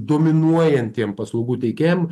dominuojantiem paslaugų teikėjam